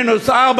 מינוס 4,